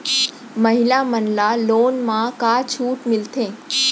महिला मन ला लोन मा का छूट मिलथे?